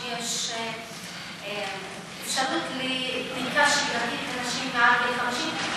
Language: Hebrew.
האם ידוע לך שיש אפשרות לבדיקה שגרתית לנשים מעל גיל 50?